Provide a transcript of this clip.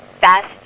best